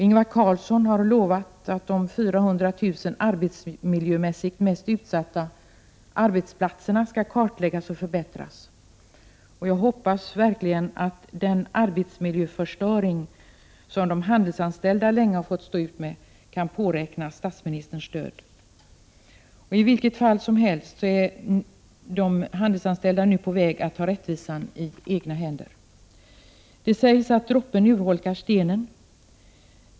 Ingvar Carlsson har lovat att de 400 000 arbetsmiljömässigt mest utsatta arbetsplatserna skall kartläggas och förbättras, och jag hoppas verkligen att de handelsanställda, som länge har fått stå ut med denna arbetsmiljöförstöring, kan påräkna statsministerns stöd. I vilket fall som helst är de nu på väg att ta rättvisan i egna händer. Det sägs att droppen urholkar stenen.